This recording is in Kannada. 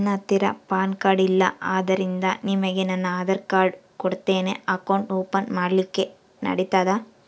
ನನ್ನ ಹತ್ತಿರ ಪಾನ್ ಕಾರ್ಡ್ ಇಲ್ಲ ಆದ್ದರಿಂದ ನಿಮಗೆ ನನ್ನ ಆಧಾರ್ ಕಾರ್ಡ್ ಕೊಡ್ತೇನಿ ಅಕೌಂಟ್ ಓಪನ್ ಮಾಡ್ಲಿಕ್ಕೆ ನಡಿತದಾ?